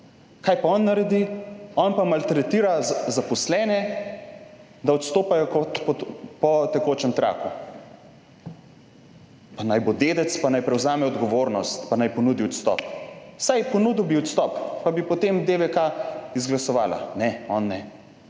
kaj pa on naredi? On pa maltretira zaposlene, da odstopajo kot po tekočem traku. Pa naj bo dedec, pa naj prevzame odgovornost, pa naj ponudi odstop, vsaj ponudil bi odstop, pa bi potem DVK izglasovala, ne on, ne,